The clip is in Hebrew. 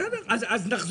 מי נמנע?